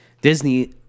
Disney